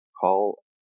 call